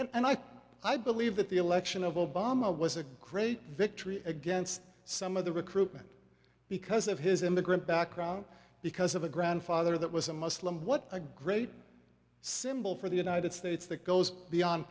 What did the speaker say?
and i i believe that the election of obama was a great victory against some of the recruitment because of his immigrant background because of a grandfather that was a muslim what a great symbol for the united states that goes beyond